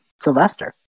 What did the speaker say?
Sylvester